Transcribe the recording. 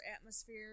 atmosphere